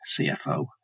CFO